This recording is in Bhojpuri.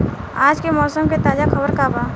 आज के मौसम के ताजा खबर का बा?